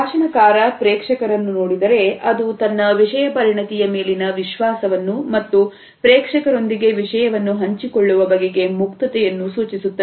ಭಾಷಣಕಾರ ಪ್ರೇಕ್ಷಕರನ್ನು ನೋಡಿದರೆ ಅದು ತನ್ನ ವಿಷಯ ಪರಿಣತಿಯ ಮೇಲಿನ ವಿಶ್ವಾಸವನ್ನು ಮತ್ತು ಪ್ರೇಕ್ಷಕರೊಂದಿಗೆ ವಿಷಯವನ್ನು ಹಂಚಿಕೊಳ್ಳುವ ಬಗೆಗೆ ಮುಕ್ತತೆಯನ್ನು ಸೂಚಿಸುತ್ತದೆ